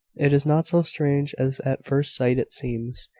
it is not so strange as at first sight it seems.